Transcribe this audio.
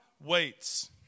waits